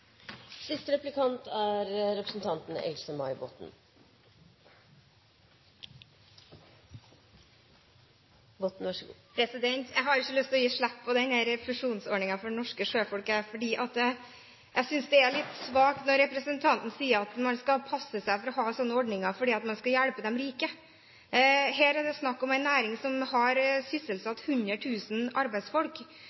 Jeg har ikke lyst til å gi slipp på refusjonsordningen for norske sjøfolk. Jeg synes det er litt svakt når representanten sier at man skal passe seg for å ha slike ordninger fordi det hjelper de rike. Her er det snakk om en næring som har